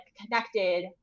connected